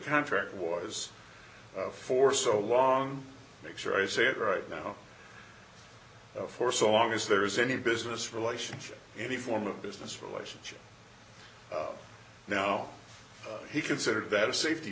contract was for so long make sure i say it right now for so long as there is any business relationship any form of business relationship now he considered that a safety